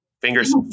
Fingers